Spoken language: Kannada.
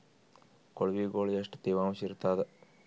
ಕೊಳವಿಗೊಳ ಎಷ್ಟು ತೇವಾಂಶ ಇರ್ತಾದ?